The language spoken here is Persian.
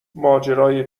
ماجرای